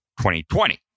2020